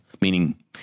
meaning